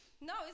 No